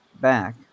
back